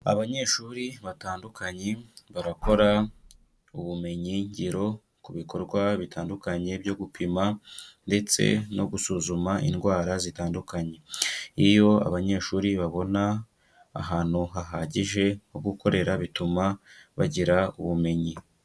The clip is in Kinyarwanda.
Abanyeshuri batandukanye barakora ubumenyingiro ku bikorwa bitandukanye byo gupima ndetse no gusuzuma indwara zitandukanye, iyo abanyeshuri babona ahantu hahagije ho gukorera bituma bagira ubumenyi.